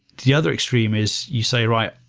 the other extreme is you say, right,